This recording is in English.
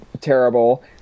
terrible